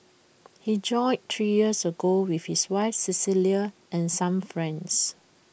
he joined three years ago with his wife Cecilia and some friends